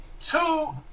two